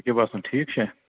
ژےٚ کیٛاہ باسان ٹھیٖک چھا